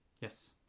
yes